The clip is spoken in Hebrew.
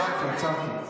עצרתי, עצרתי.